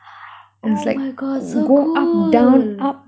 oh my god so cool